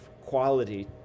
quality